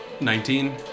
Nineteen